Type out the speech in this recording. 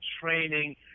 training